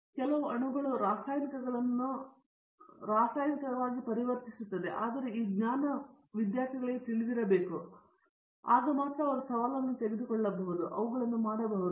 ವಿಶ್ವನಾಥನ್ ಕೆಲವು ಅಣುಗಳು ರಾಸಾಯನಿಕಗಳನ್ನು ರಾಸಾಯನಿಕವಾಗಿ ಪರಿವರ್ತಿಸುತ್ತವೆ ಆದರೆ ಈ ಜ್ಞಾನವು ಅವನಿಗೆ ತಿಳಿದಿರಬೇಕು ಆಗ ಮಾತ್ರ ಅವರು ಸವಾಲನ್ನು ತೆಗೆದುಕೊಳ್ಳಬಹುದು ಮತ್ತು ಅವುಗಳನ್ನು ಮಾಡಬಹುದು